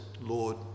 lord